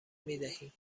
میدهیم